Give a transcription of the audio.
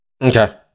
Okay